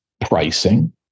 pricing